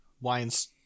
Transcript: wines